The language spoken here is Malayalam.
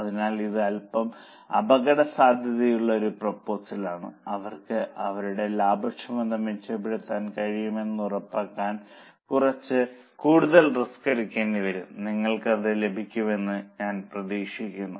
അതിനാൽ ഇത് അൽപ്പം അപകടസാധ്യതയുള്ള ഒരു പ്രൊപ്പോസൽ ആണ് അവർക്ക് അവരുടെ ലാഭക്ഷമത മെച്ചപ്പെടുത്താൻ കഴിയുമെന്ന് ഉറപ്പാക്കാൻ കുറച്ച് കൂടുതൽ റിസ്ക് എടുക്കേണ്ടിവരും നിങ്ങൾക്ക് അത് ലഭിക്കുമെന്ന് ഞാൻ പ്രതീക്ഷിക്കുന്നു